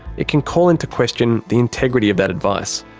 it can call into question the integrity of that advice.